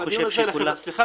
סליחה,